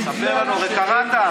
הרי קראת,